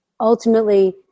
ultimately